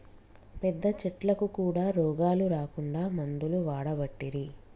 పెద్ద చెట్లకు కూడా రోగాలు రాకుండా మందులు వాడబట్టిరి